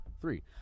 Three